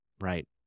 Right